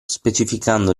specificando